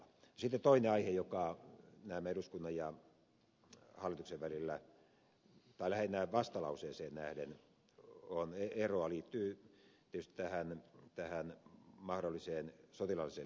sitten toinen aihe jossa näemmä eduskunnan ja hallituksen välillä tai lähinnä vastalauseeseen nähden on eroa liittyy tietysti tähän mahdolliseen sotilaalliseen liittoutumiseen